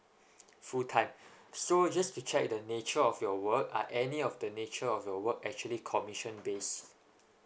full time so just to check the nature of your work uh any of the nature of your work actually commissioned based